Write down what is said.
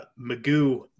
Magoo